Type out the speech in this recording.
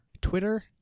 Twitter